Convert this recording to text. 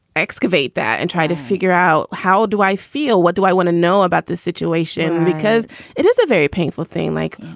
excavate that and try to figure out how do i feel, what do i want to know about the situation? because it is a very painful thing. like,